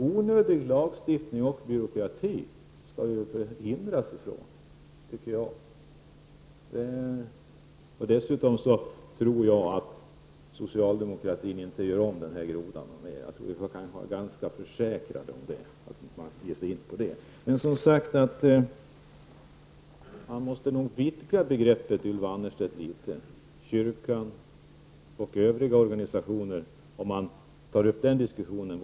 Onödig lagstiftning och byråkrati skall vi förskonas ifrån, tycker jag. Dessutom tror jag att socialdemokratin inte gör om den här grodan något mer. Jag tror att vi kan vara ganska säkra på det. Man måste som sagt vidga begreppet litet, Ylva Annerstedt, och ta upp kyrkan och övriga organisationer till diskussion.